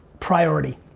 priority.